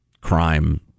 crime